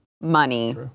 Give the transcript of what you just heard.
money